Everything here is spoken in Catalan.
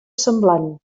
semblant